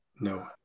No